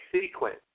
sequence